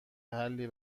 حلی